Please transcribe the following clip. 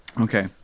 okay